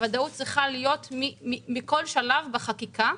הוודאות צריכה להיות מכל שלב בחקיקה,